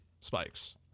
spikes